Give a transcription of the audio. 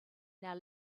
now